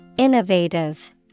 Innovative